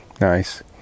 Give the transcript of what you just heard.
Nice